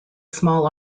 small